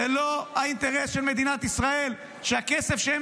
זה לא האינטרס של מדינת ישראל שהכסף שהם